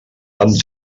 amb